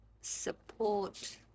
support